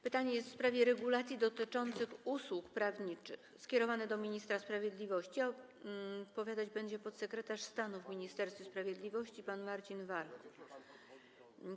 Pytanie w sprawie regulacji dotyczących usług prawniczych skierowane jest do ministra sprawiedliwości, a odpowiadać będzie podsekretarz stanu w Ministerstwie Sprawiedliwości pan Marcin Warchoł.